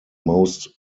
most